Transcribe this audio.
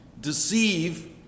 deceive